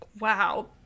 wow